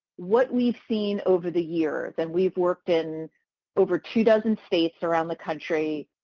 what we've seen over the years and we've worked in over two dozen states around the country